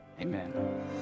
Amen